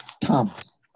Thomas